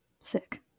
Sick